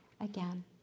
again